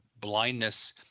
blindness